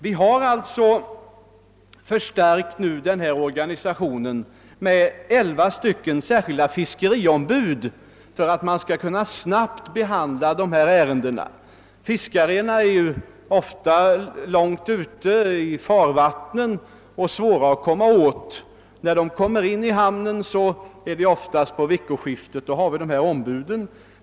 Vi har förstärkt organisationen med 11 särskilda fiskeriombud för att ärendena skall kunna behandlas snabbt. Fiskarna är ju ofta långt ute i farvattnen och därför svåra att komma i kontakt med. De kommer oftast in till hamnen vid veckoskiftet och då har man dessa ombud.